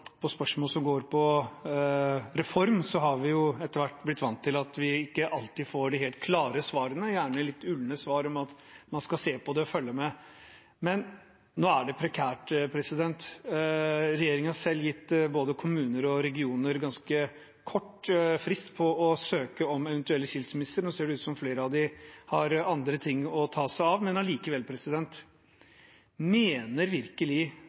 spørsmål som går på reform, har vi etter hvert blitt vant til at vi ikke alltid får de helt klare svarene, det er gjerne litt ulne svar om at man skal se på det, følge med. Men nå er det prekært. Regjeringen har selv gitt både kommuner og regioner ganske kort frist på å søke om eventuell skilsmisse. Nå ser det ut til at flere av dem har andre ting å ta seg av, men allikevel: Mener virkelig